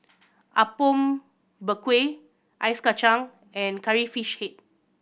Apom Berkuah Ice Kachang and Curry Fish Head